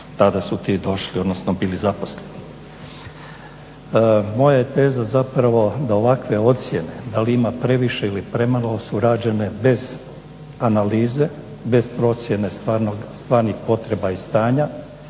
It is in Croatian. tada su ti došli odnosno bili zaposleni. Moja je teza zapravo da ovakve ocjene da li ima previše ili premalo su rađene bez analize, bez procjene stvarnih potreba i stanja,